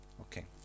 Okay